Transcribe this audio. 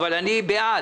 אבל אני בעד.